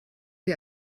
wir